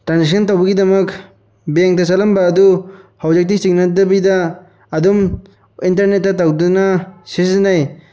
transaction ꯇꯧꯕꯒꯤꯗꯃꯛ ꯕꯦꯡꯇ ꯆꯠꯂꯝꯕ ꯑꯗꯨ ꯍꯧꯖꯤꯛꯇꯤ ꯆꯤꯡꯅꯗꯕꯤꯗ ꯑꯗꯨꯝ ꯏꯟꯇꯔꯅꯦꯠꯇ ꯇꯧꯗꯨꯅ ꯁꯤꯖꯤꯟꯅꯩ